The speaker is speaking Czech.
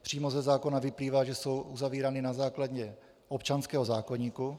Přímo ze zákona vyplývá, že jsou uzavírány na základě občanského zákoníku.